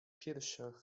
piersiach